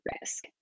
risk